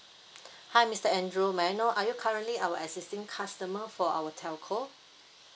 hi mister andrew may I know are you currently our existing customer for our telco